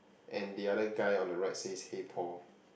and the other guy on the right says hey Paul